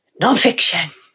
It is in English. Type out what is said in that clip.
nonfiction